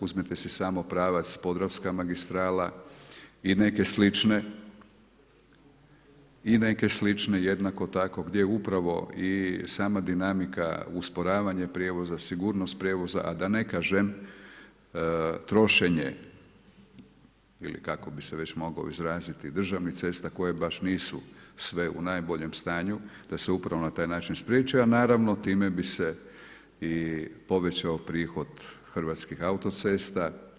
Uzmite si samo pravac podravska magistrala i neke slične jednako tako gdje upravo i sama dinamika usporavanje prijevoza, sigurnost prijevoza, a da ne kažem, strošenje ili kako bi se mogao izraziti, državnih cesta, koje baš i nisu u najboljem stanju, da se upravo na taj način spriječe, a naravno, time bi se i povećao prihod Hrvatskih autocesta.